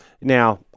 now –